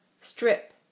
Strip